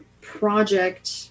project